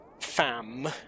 fam